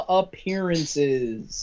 appearances